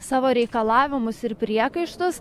savo reikalavimus ir priekaištus